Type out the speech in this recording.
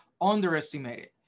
underestimated